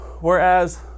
Whereas